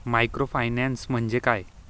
Microfinance म्हणजे काय?